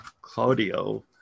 Claudio